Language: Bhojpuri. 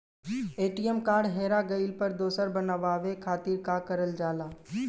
ए.टी.एम कार्ड हेरा गइल पर दोसर बनवावे खातिर का करल जाला?